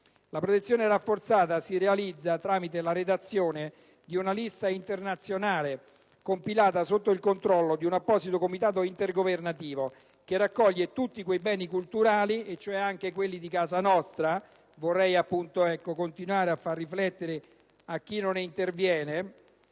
La protezione rafforzata si realizza tramite la redazione di una lista internazionale, compilata sotto il controllo di un apposito comitato intergovernativo, che raccoglie tutti quei beni culturali (anche quelli di casa nostra e vorrei continuare a far riflettere chi non interviene),